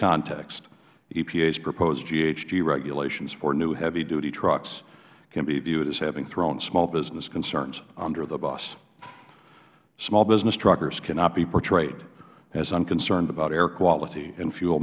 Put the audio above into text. context epa's proposed ghg regulations for new heavy duty trucks can be viewed as having thrown small business concerns under the bus small business truckers cannot be portrayed as unconcerned about air quality and fuel